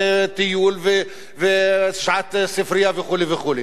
טיול, שעת ספרייה וכו'.